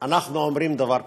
אנחנו אומרים דבר פשוט: